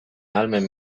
ahalmen